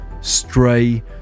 Stray